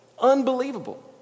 Unbelievable